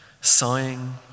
sighing